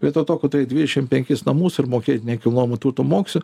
vietoj to kad turėt dvidešim penkis namus ir mokėt nekilnojamo turto mokestį